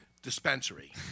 Dispensary